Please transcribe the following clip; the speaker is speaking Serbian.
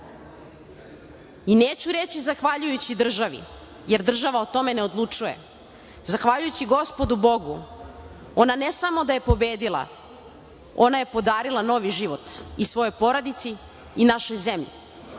i neću reći zahvaljujući državi, jer država o tome ne odlučuje, zahvaljujući gospodu Bogu ona ne samo da je pobedila, ona je podarila novi život i svojoj porodici i našoj zemlji. Država